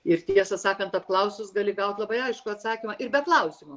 ir tiesą sakant apklausus gali gauti labai aiškų atsakymą ir be klausimų